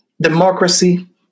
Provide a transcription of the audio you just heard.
democracy